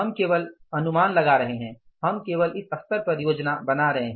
हम केवल अनुमान लगा रहे हैं हम केवल इस स्तर पर योजना बना रहे हैं